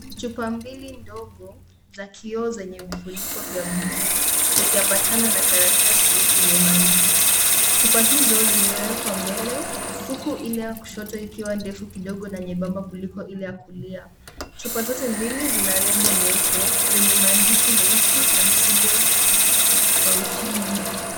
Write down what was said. Chupa mbili ndogo za kioo zenye vifuniko vya buluu zikiambatana na karatasi yenye maandishi. Chupa hizo zimewekwa mbele huku ile ya kushoto ikiwa ndefu kidogo na nyembamba kuliko ile ya kulia. Chupa zote mbili zina lebo nyeupe zenye maandishi meusi na msibo pauchini.